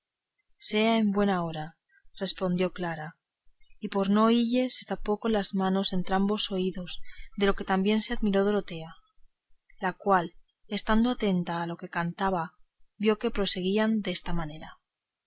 sea en buen hora respondió clara y por no oílle se tapó con las manos entrambos oídos de lo que también se admiró dorotea la cual estando atenta a lo que se cantaba vio que proseguían en esta manera